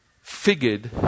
figured